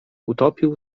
utopił